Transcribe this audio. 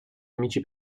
amici